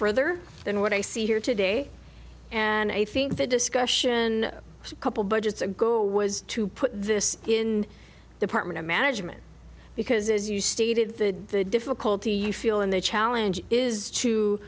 further than what i see here today and i think the discussion as a couple budgets ago was to put this in department of management because as you stated the difficulty you feel and the challenge is to